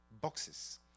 boxes